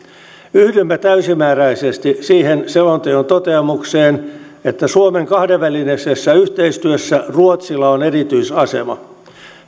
yhdymme täysimääräisesti siihen selonteon toteamukseen että suomen kahdenvälisessä yhteistyössä ruotsilla on erityisasema